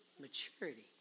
Maturity